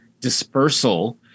dispersal